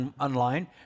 online